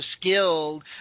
skilled